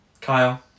Kyle